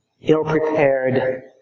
ill-prepared